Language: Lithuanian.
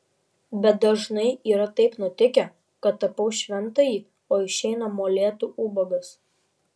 bet dažnai yra taip nutikę kad tapau šventąjį o išeina molėtų ubagas